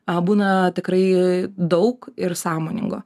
būna tikrai daug ir sąmoningo